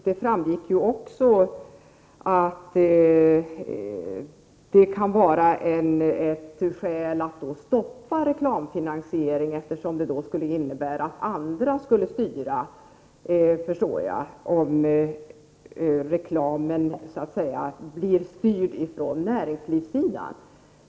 Det framgick ju också att det kan vara ett skäl att stoppa reklamfinansiering, eftersom det skulle innebära att andra skulle komma att styra. Reklamen skulle så att säga bli styrd från näringslivets sida.